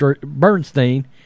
Bernstein